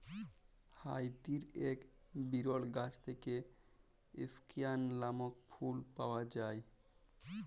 হাইতির এক বিরল গাছ থেক্যে স্কেয়ান লামক ফুল পাওয়া যায়